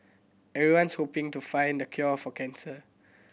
everyone's hoping to find the cure for cancer